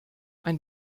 ein